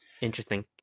Interesting